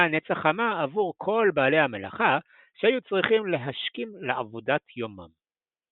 הנץ החמה עבור כל בעלי המלאכה שהיו צריכים להשכים לעבודת יומם.